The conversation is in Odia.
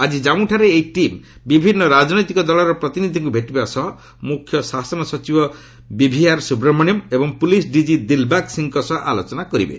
ଆଜି ଜାମ୍ମଠାରେ ଏହି ଟିମ୍ ବିଭିନ୍ନ ରାଜନୈତିକ ଦଳର ପ୍ରତିନିଧିଙ୍କୁ ଭେଟିବା ସହ ମୁଖ୍ୟ ଶାସନ ସଚିବ ବିଭିଆର୍ ସୁବ୍ରମଣ୍ୟମ୍ ଏବଂ ପୁଲିସ୍ ଡିଜି ଦିଲ୍ବାଗ୍ ସିଂଙ୍କ ସହ ଆଲୋଚନା କରିବେ